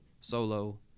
solo